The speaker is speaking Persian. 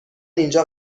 اینجا